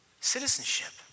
citizenship